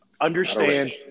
Understand